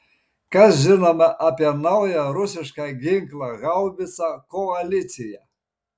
kas žinoma apie naują rusišką ginklą haubicą koalicija